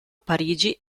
parigi